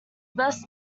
best